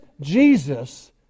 Jesus